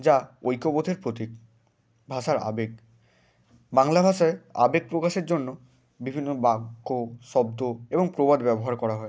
যা ঐক্যবোধের প্রতীক ভাষার আবেগ বাংলা ভাষায় আবেগ প্রকাশের জন্য বিভিন্ন বাক্য শব্দ এবং প্রবাদ ব্যবহার করা হয়